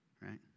Right